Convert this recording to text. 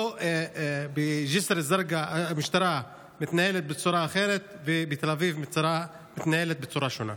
לא שבג'יסר א-זרקא המשטרה מתנהלת בצורה מסוימת ובתל אביב בצורה שונה.